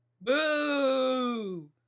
Boo